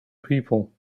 people